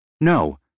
No